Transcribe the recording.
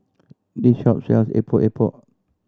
this shop sells Epok Epok